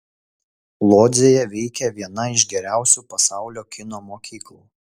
lodzėje veikia viena iš geriausių pasaulio kino mokyklų